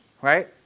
Right